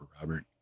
Robert